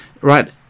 right